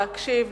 להקשיב,